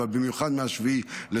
אבל במיוחד מ-7 באוקטובר,